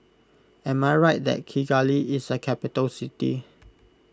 am I right that Kigali is a capital city